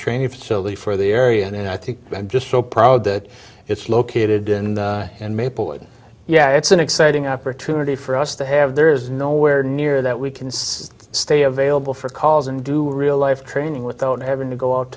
training facility for the area and i think i'm just so proud that it's located in and maplewood yeah it's an exciting opportunity for us to have there is nowhere near that we can still stay available for calls and do real life training without having to go out